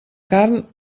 carn